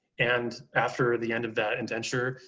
and after the end of that indenture,